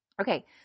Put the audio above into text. Okay